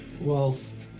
Whilst